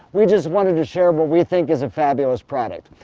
we just wanted to share what we think is a fabulous product.